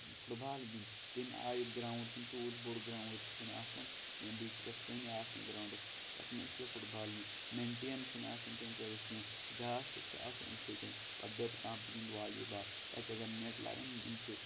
foot بال گِند تَمہِ آیُک گروُنٛڑ چھُنہٕ توٗت بوٚڑ گراوُنڈ چھُ نہٕ آسان کیٚنٛہہ بیٚیہِ چھِ تَتھ کَنہِ آسان گراونڈس تَتھ منٛز کیاہ فٹ بال گنٛدِ میٚنٹین چھِ نہٕ آسان تِم کٔرِتھ کیٚنٛہہ گاسہٕ چھُ آسان یِتھٕے کٔنۍ پَتہٕ دَپہِ کانہہ بہٕ گندٕ والی بال تَتہِ اَگر نیٹ لاگن یِم چھِ